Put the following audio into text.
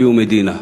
אביהו מדינה?